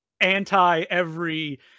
anti-every